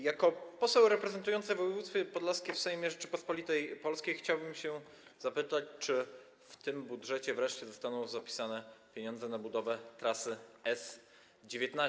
Jako poseł reprezentujący województwo podlaskie w Sejmie Rzeczypospolitej Polskiej chciałbym się zapytać, czy w tym budżecie wreszcie zostaną zapisane pieniądze na budowę trasy S19.